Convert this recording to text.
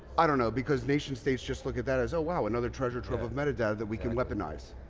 i don't know because nation states just look at that as, oh wow another treasure trove of metadata that we can weaponize.